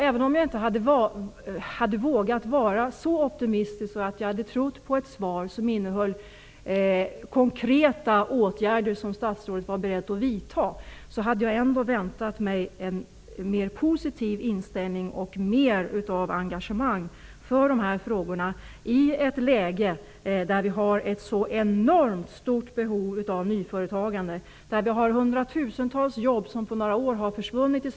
Även om jag inte hade vågat vara så optimistisk att jag trott på ett svar med konkreta åtgärder som statsrådet var beredd att vidta, hade jag ändå väntat mig en mer positiv inställning och mer av engagemang för dessa frågor; detta i ett läge där vi har ett enormt stort behov av nyföretagande, eftersom hundratusentals jobb försvunnit i Sverige under några år.